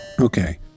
Okay